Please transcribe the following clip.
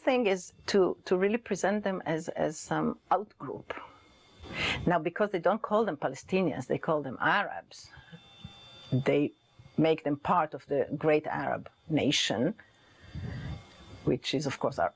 thing is to really present them as as now because they don't call them palestinians they call them arabs they make them part of the great arab nation which is of course our